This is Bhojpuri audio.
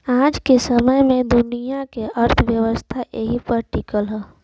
आज के समय मे दुनिया के अर्थव्यवस्था एही पर टीकल हौ